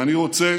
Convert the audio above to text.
ואני רוצה